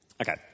Okay